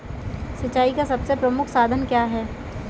सिंचाई का सबसे प्रमुख साधन क्या है?